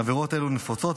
עבירות אלו נפוצות,